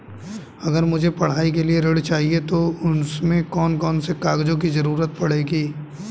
अगर मुझे पढ़ाई के लिए ऋण चाहिए तो उसमें कौन कौन से कागजों की जरूरत पड़ेगी?